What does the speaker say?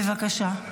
בבקשה.